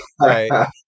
Right